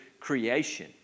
creation